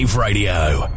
Radio